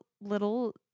little